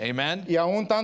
Amen